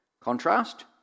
Contrast